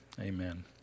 amen